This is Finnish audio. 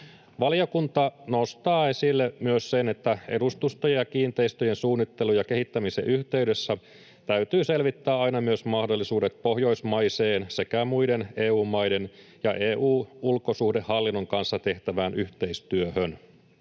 Valiokunta nostaa esille myös sen, että edustustojen ja kiinteistöjen suunnittelun ja kehittämisen yhteydessä täytyy selvittää aina myös mahdollisuudet pohjoismaiseen sekä muiden EU-maiden ja EU-ulkosuhdehallinnon kanssa tehtävään yhteistyöhön.